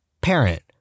Parent